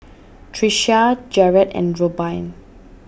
Trisha Jarred and Robyn